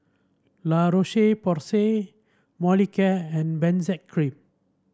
La Roche Porsay Molicare and Benzac Cream